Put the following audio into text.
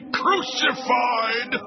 crucified